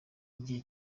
igihe